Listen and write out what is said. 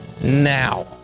Now